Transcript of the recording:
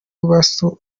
bamusabye